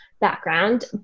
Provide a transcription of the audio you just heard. background